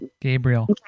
Gabriel